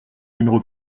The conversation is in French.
numéro